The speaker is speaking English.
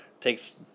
takes